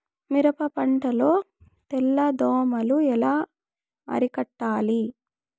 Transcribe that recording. మిరప పంట లో తెల్ల దోమలు ఎలా అరికట్టాలి?